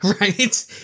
Right